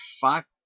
fuck